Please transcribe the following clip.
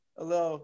Hello